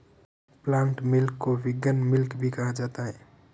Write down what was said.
plant milk को vegan milk भी कहा जाता है